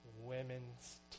women's